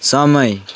समय